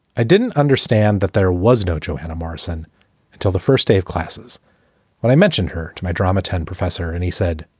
i didn't understand that there was no johanna morrison until the first day of classes when i mentioned her to my drama ten professor and he said,